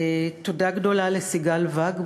תודה גדולה לסיגל ואג,